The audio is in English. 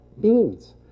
beans